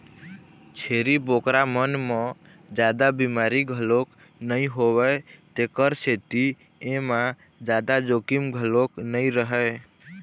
छेरी बोकरा मन म जादा बिमारी घलोक नइ होवय तेखर सेती एमा जादा जोखिम घलोक नइ रहय